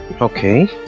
Okay